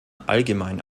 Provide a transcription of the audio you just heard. allgemein